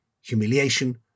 humiliation